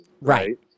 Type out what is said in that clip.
right